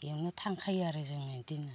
बेवनो थांखायो आरो जों बिदि होननानै